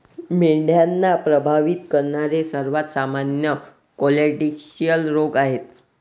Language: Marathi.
मेंढ्यांना प्रभावित करणारे सर्वात सामान्य क्लोस्ट्रिडियल रोग आहेत